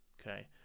Okay